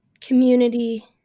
community